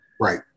Right